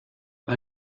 bei